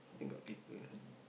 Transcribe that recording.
then got people